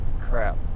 crap